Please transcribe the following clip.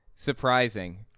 surprising